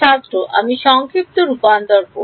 ছাত্র আমি সংক্ষিপ্ত রূপান্তর করব